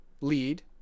Lead